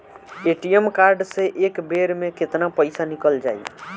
ATM card से एक बेर मे केतना पईसा निकल जाई?